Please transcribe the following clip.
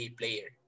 player